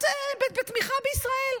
הפסיקה לתמוך בישראל?